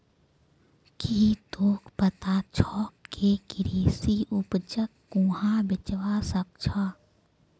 की तोक पता छोक के कृषि उपजक कुहाँ बेचवा स ख छ